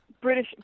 British